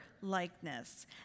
likeness